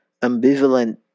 ambivalent